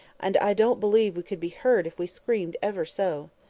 and i don't believe we could be heard if we screamed ever so!